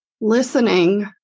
listening